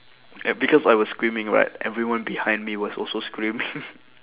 and because I was screaming right everyone behind me was also screaming